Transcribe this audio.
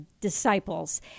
disciples